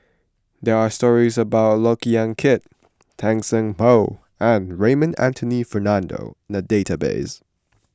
there are stories about Look Yan Kit Tan Seng Poh and Raymond Anthony Fernando in the database